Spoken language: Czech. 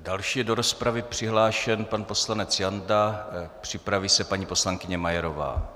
Další je do rozpravy přihlášen pan poslanec Janda, připraví se paní poslankyně Majerová.